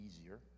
easier